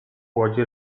łodzi